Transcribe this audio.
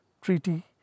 treaty